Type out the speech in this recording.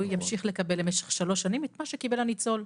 הוא ימשיך לקבל למשך שלוש שנים את מה שקיבל הניצול.